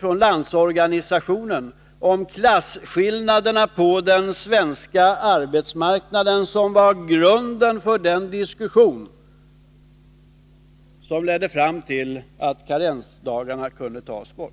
från Landsorganisationen om klasskillnaderna på den svenska arbetsmarknaden som var grunden för den diskussion som ledde fram till att karensdagarna kunde tas bort.